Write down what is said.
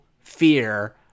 fear